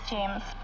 James